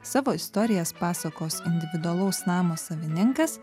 savo istorijas pasakos individualaus namo savininkas